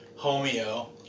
homeo